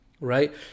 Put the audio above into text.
right